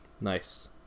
Nice